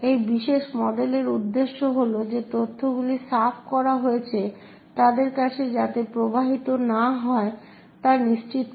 এই বিশেষ মডেলের উদ্দেশ্য হল যে তথ্যগুলি সাফ করা হয়েছে তাদের কাছে যাতে প্রবাহিত না হয় তা নিশ্চিত করা